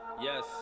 yes